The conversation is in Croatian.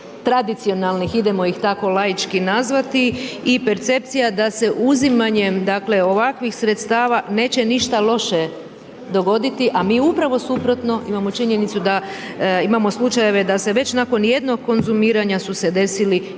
tradicionalnih, idemo ih tako laički nazvati i percepcija da se uzimanjem dakle ovakvih sredstava neće ništa loše dogoditi. A mi upravo suprotno imamo činjenicu da imamo slučajeve da se već nakon jednog konzumiranja su se desili i smrtni